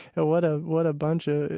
what ah what a bunch of,